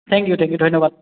thank you thank you ধন্যবাদ